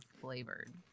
flavored